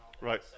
Right